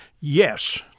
yes